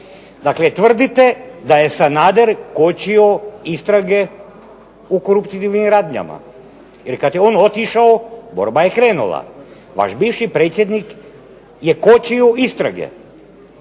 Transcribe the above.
Dakle tvrdite da je Sanader kočio istrage u koruptivnim radnjama, jer kad je on otišao borba je krenula. Vaš bivši predsjednik je kočio istrage.